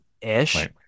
ish